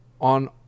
on